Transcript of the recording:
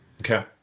Okay